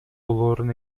болоорун